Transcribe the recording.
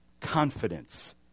confidence